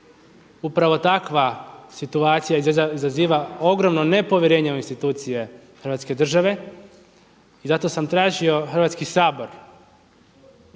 Upravo takva situacija izaziva ogromno nepovjerenje u institucije Hrvatske države i zato sam tražio Hrvatski sabor,